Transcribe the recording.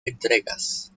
entregas